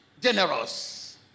generous